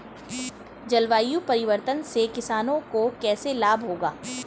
जलवायु परिवर्तन से किसानों को कैसे लाभ होगा?